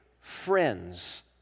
friends